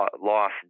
loss